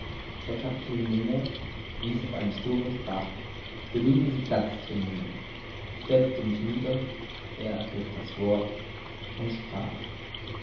der kapitän nemo wies auf einen stuhl und sprach belieben sie platz zu nehmen ich setzte mich nieder er ergriff das wort und sprach